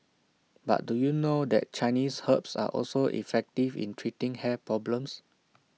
but do you know that Chinese herbs are also effective in treating hair problems